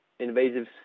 invasive